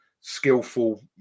skillful